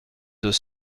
deux